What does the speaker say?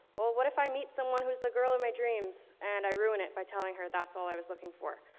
well, what if i meet someone who's the girl of my dreams and i ruin it by telling her that's all i was looking for?